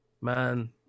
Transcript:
man